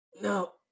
no